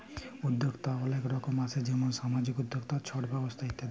উদ্যক্তা অলেক রকম আসে যেমল সামাজিক উদ্যক্তা, ছট ব্যবসা ইত্যাদি